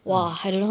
!wah!